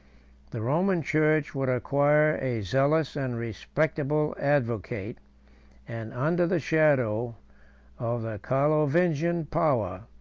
the roman church would acquire a zealous and respectable advocate and, under the shadow of the carlovingian power,